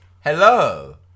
Hello